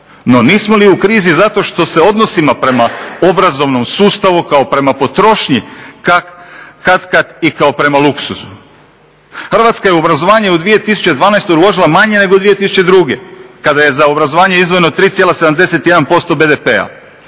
no nismo li u krizi zato što se odnosima prema obrazovnom sustavu kao prema potrošnji katkad i kao prema luksuzu. Hrvatska je u obrazovanje u 2012. uložila manje nego 2002. kada je za obrazovanje izdvojeno 3,71% BDP-a.